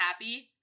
happy